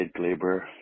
Glaber